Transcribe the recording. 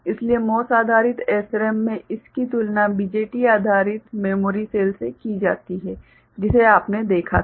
इसलिए MOS आधारित SRAM में इसकी तुलना BJT आधारित मेमोरी सेल से की जाती है जिसे आपने देखा था